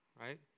right